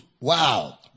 Wow